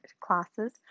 classes